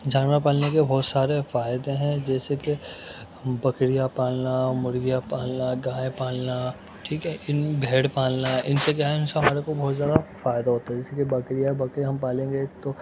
جانور پالنے کے بہت سارے فائدے ہیں جیسے کہ بکریاں پالنا مرغیاں پالنا گائے پالنا ٹھیک ان بھیڑ پالنا ان سے کیا ہے ان سے ہمارے کو بہت زیادہ فائدہ ہوتا ہے جیسے کہ بکریاں بکرے ہم پالیں گے تو